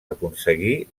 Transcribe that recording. aconseguí